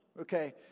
Okay